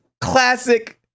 classic